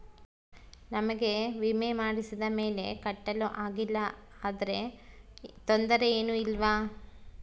ನಮಗೆ ವಿಮೆ ಮಾಡಿಸಿದ ಮೇಲೆ ಕಟ್ಟಲು ಆಗಿಲ್ಲ ಆದರೆ ತೊಂದರೆ ಏನು ಇಲ್ಲವಾ?